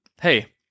hey